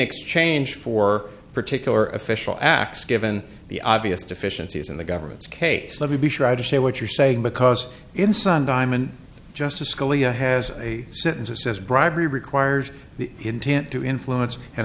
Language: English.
exchange for particular official acts given the obvious deficiencies in the government's case let me be sure i understand what you're saying because in sun diamond justice scalia has a sentence that says bribery requires the intent to influence an